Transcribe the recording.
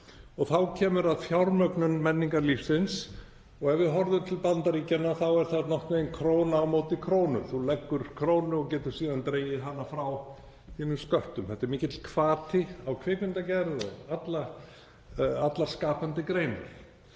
Þá kemur að fjármögnun menningarlífsins. Ef við horfum til Bandaríkjanna þá er hún nokkurn veginn króna á móti krónu. Þú leggur inn krónu og getur síðan dregið hana frá þínum sköttum. Þetta er mikill hvati fyrir kvikmyndagerð og allar skapandi greinar.